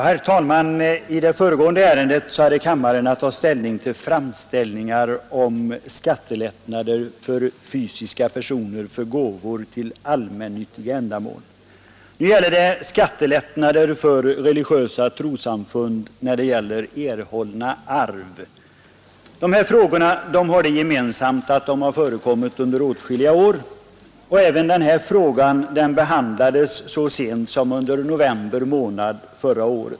Herr talman! I det föregående ärendet hade kammaren att ta ställning till framställningar om skattelättnader för fysiska personer för gåvor till allmännyttiga ändamål — nu gäller det skattelättnader för religiösa trossamfund i fråga om erhållna arv. Dessa frågor har det gemensamt att de förekommit under åtskilliga år. Även denna fråga behandlades så sent som under november månad förra året.